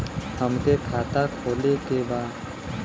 हमके खाता खोले के बा?